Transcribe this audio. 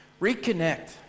Reconnect